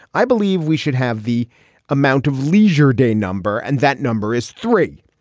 i believe we should have the amount of leisure day number and that number is three.